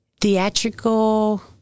theatrical